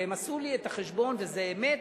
והם עשו לי את החשבון וזה אמת,